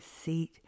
seat